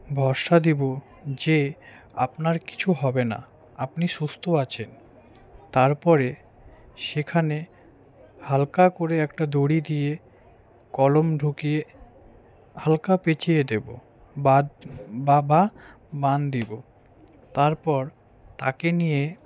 ভরসা দেবো যে আপনার কিছু হবে না আপনি সুস্থ আছেন তারপরে সেখানে হালকা করে একটা দড়ি দিয়ে কলম ঢুকিয়ে হালকা পেঁচিয়ে দেবো বাদ বা বা বাঁধ দিবো তারপর তাকে নিয়ে